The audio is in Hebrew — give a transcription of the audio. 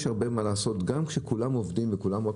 יש הרבה מה לעשות גם כשכולם עובדים וכולם רק